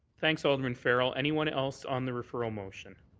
thanks, alderman farrell. anyone else on the referral motion?